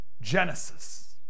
Genesis